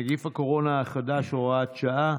(נגיף הקורונה החדש, הוראת שעה),